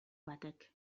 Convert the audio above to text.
batek